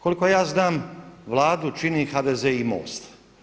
Koliko ja znam Vladu čini HDZ i MOST.